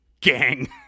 gang